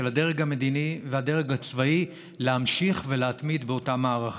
הדרג המדיני והדרג הצבאי להמשיך ולהתמיד באותה מערכה.